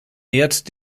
ehrt